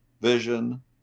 Vision